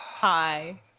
Hi